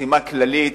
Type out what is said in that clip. חסימה כללית,